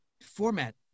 format